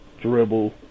dribble